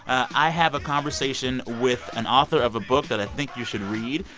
i have a conversation with an author of a book that i think you should read.